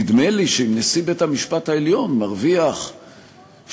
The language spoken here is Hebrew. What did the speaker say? נדמה לי שאם נשיא בית-המשפט העליון מרוויח 50%,